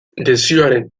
desioaren